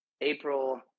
April